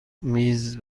میز